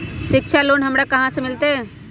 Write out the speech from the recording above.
शिक्षा लोन हमरा कहाँ से मिलतै?